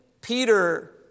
Peter